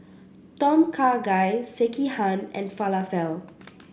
Tom Kha Gai Sekihan and Falafel